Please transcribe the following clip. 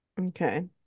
Okay